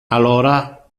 alora